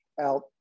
out